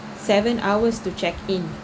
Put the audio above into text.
seven hours to check in